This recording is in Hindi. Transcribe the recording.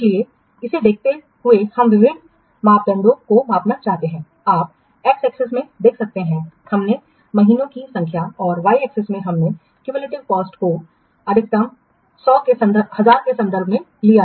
इसलिए इसे देखते हुए हम विभिन्न मापदंडों को मापना चाहते हैं आप X axis में देख सकते हैं हमने महीने की संख्या और Y axis को लिया है हमने संचयी लागत को अधिकतम 1000s के संदर्भ में लिया है